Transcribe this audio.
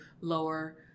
lower